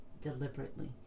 deliberately